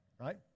right